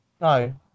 No